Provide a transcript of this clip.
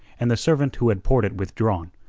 and the servant who had poured it withdrawn,